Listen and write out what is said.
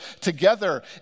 together